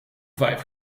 vijf